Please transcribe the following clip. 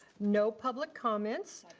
no public comments.